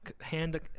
hand